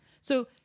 So-